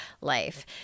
life